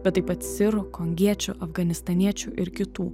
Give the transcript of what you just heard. bet taip pat sirų kongiečių afganistaniečių ir kitų